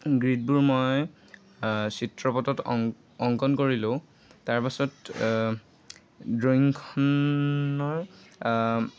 গ্ৰীডবোৰ মই চিত্ৰপথত অং অংকন কৰিলোঁ তাৰপাছত ড্ৰয়িংখনৰ